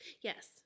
yes